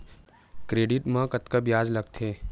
Credit मा कतका ब्याज लगथे?